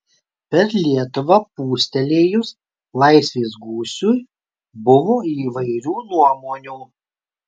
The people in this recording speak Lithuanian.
per lietuvą pūstelėjus laisvės gūsiui buvo įvairių nuomonių